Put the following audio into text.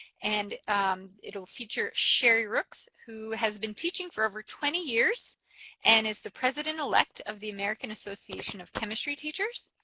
and it will feature sherri rukes, who has been teaching for over twenty years and is the president-elect of the american association of chemistry teachers.